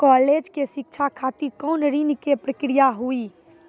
College के शिक्षा खातिर कौन ऋण के प्रक्रिया हुई?